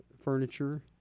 furniture